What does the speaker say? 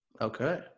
Okay